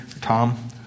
Tom